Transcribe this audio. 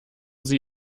sie